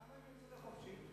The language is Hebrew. למה הם יצאו לחופשי?